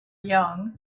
young